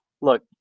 look